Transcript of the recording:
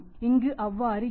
இங்கு அவ்வாறு இல்லை